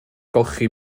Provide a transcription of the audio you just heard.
golchi